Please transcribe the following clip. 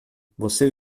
você